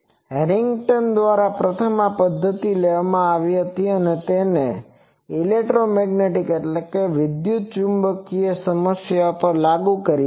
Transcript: Harrington દ્વારા પ્રથમ આ પદ્ધતિ લેવામાં આવી હતી અને તેને ઇલેક્ટ્રોમેગ્નેટિકelectromagneticવિદ્યુતચુંબકીય સમસ્યાઓ પર લાગુ કરી હતી